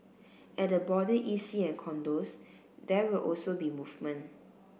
at the border E C and condos there will also be movement